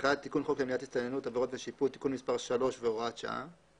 (תיקון מס' 3 והוראת שעה)